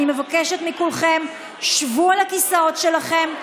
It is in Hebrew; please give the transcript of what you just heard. אני מבקשת מכולכם, שבו על הכיסאות שלכם,